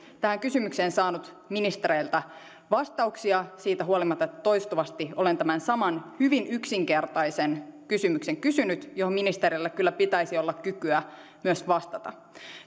tähän kysymykseen saanut ministereiltä vastauksia siitä huolimatta että toistuvasti olen tämän saman hyvin yksinkertaisen kysymyksen kysynyt johon ministereillä kyllä pitäisi olla kykyä myös vastata